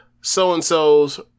so-and-sos